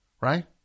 Right